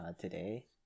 today